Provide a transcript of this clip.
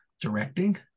directing